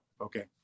Okay